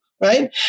Right